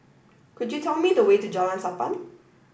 could you tell me the way to Jalan Sappan